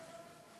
עיסאווי,